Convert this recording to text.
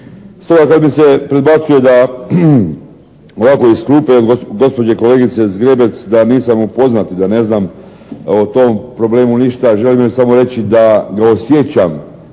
Stoga kad mi se predbacuje da ovako iz klupe od gospođe kolegice Zgrebec da nisam upoznat i da ne znam o tom problemu ništa želim joj samo reći da osjećam